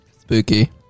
Spooky